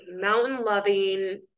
mountain-loving